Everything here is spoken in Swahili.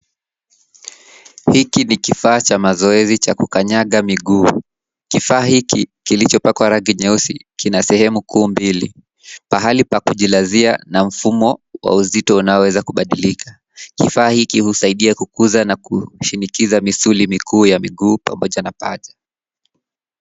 Hiki ni kifaa cha mazoezi cha kukanyaga miguu. Kifaa hiki kilichopakwa rangi nyeusi kina sehemu kuu mbili, pahali pa kujilazia na mfumo wa uzito unaoweza kubadilika. Kifaa hiki husaidia kukuza na kushindikiza misuli kuu ya miguu pamoja na paja.